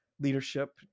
leadership